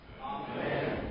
Amen